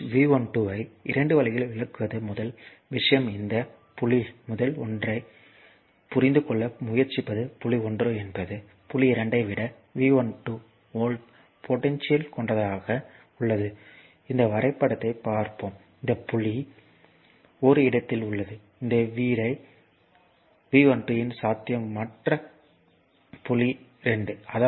voltage V12 ஐ 2 வழிகளில் விளக்குவது முதல் விஷயம் இந்த புள்ளி முதல் ஒன்றைப் புரிந்து கொள்ள முயற்சிப்பது புள்ளி 1 என்பது புள்ளி 2 ஐ விட V12 வோல்ட் போடென்ஷியல் கொண்டதாக உள்ளது இந்த வரைபடத்தைப் பாருங்கள் இந்த புள்ளி ஒரு இடத்தில் உள்ளது இதை விட V12 இன் சாத்தியம் மற்ற புள்ளி 2